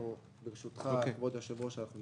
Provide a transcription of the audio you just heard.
ברשותך, כבוד היושב-ראש, אנחנו נתקדם.